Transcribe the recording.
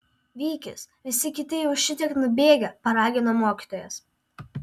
vykis visi kiti jau šitiek nubėgę paragino mokytojas